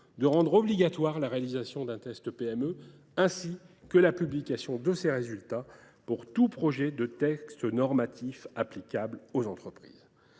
de rendre obligatoire la réalisation d’un « test PME », ainsi que la publication de ses résultats, pour tout projet de texte normatif applicable aux entreprises.